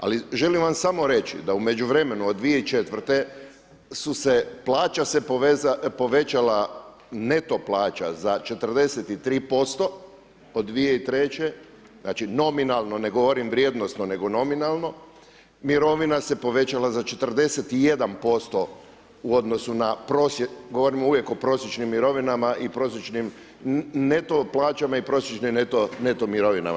Ali želim vam samo reći da u međuvremenu od 2004. se plaća povećala, neto plaća za 43% od 2003. znači nominalno, ne govorim vrijednosno nego nominalno, mirovina se povećala za 41% u odnosu na prosjek, govorim uvijek o prosječnim mirovinama i prosječnim neto plaćama i prosječnim neto mirovinama.